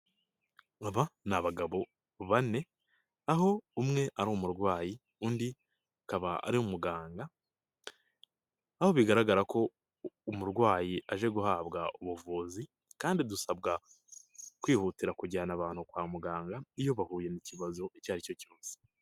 Aba ni abagabo bane aho umwe ari umurwayi undi akaba ari umuganga, aho bigaragara ko umurwayi aje guhabwa ubuvuzi kandi dusabwa kwihutira kujyana abantu kwa muganga iyo bahuye n'ikibazo icyo aricyo cyose.